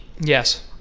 Yes